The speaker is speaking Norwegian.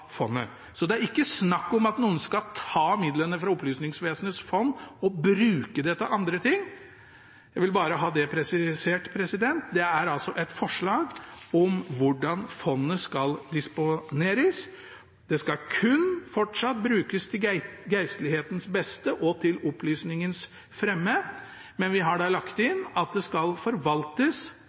fondet. Det er ikke snakk om at noen skal ta midlene fra Opplysningsvesenets fond og bruke dem til andre ting. Jeg vil bare ha det presisert. Det er altså et forslag om hvordan fondet skal disponeres. Det skal fortsatt kun brukes til geistlighetens beste og til opplysningens fremme, men vi har lagt inn at det skal forvaltes